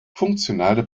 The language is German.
funktionale